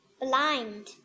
Blind